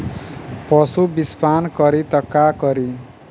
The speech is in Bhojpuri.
पशु विषपान करी त का करी?